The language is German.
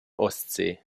ostsee